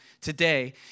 today